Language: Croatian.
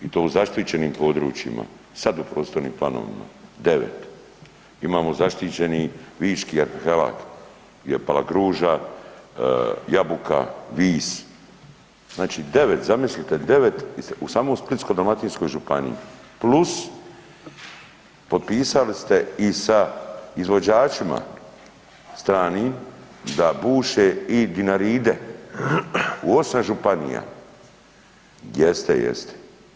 I to u zaštićenim područjima sad u prostornim planovima, 9. Imamo zaštićeni Viški arhipelag, gdje je Palagruža, Jabuka, Vis, znači 9, zamislite 9 samo u Splitsko-dalmatinskoj županiji plus potpisali ste i sa izvođačima stranim da buše i Dinaride u 8 županija, jeste, jeste.